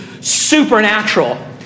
supernatural